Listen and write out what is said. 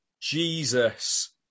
Jesus